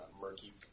murky